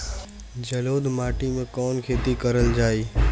जलोढ़ माटी में कवन खेती करल जाई?